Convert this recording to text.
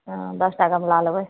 ओ दस टा गमला लेबय